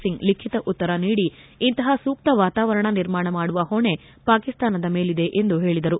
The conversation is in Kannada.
ಸಿಂಗ್ ಲಿಖಿತ ಉತ್ತರ ನೀಡಿ ಇಂತಹ ಸೂಕ್ತ ವಾತಾವರಣ ನಿರ್ಮಾಣ ಮಾಡುವ ಹೊಣೆ ಪಾಕಿಸ್ತಾನ ಮೇಲಿದೆ ಎಂದು ಹೇಳಿದರು